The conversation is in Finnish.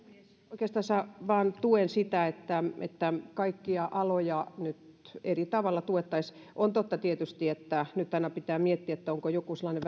oikeastansa vain tuen sitä että kaikkia aloja nyt eri tavoilla tuettaisiin on totta tietysti että nyt aina pitää miettiä onko joku sellainen